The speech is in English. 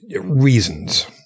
reasons